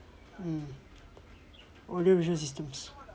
mm audio visual systems